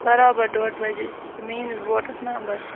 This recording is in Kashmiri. برابر ڈوٚڈ بجے چھُ میٲنِس بوٹَس نمبر